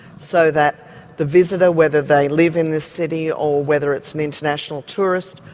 so that the visitor whether they live in the city, or whether it's an international tourist,